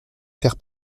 faire